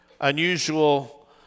unusual